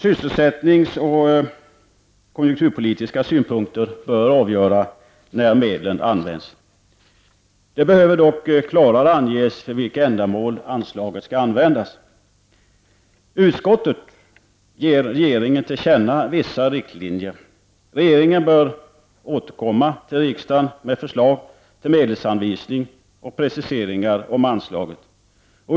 Sysselsättningsoch konjunkturpolitiska synpunkter bör avgöra när medlen används. Det behöver dock klarare anges till vilka ändamål anslaget skall användas. Utskottet ger regeringen till känna vissa riktlinjer. Regeringen bör återkomma till riksdagen med förslag till medelsanvisning och preciseringar om anslaget.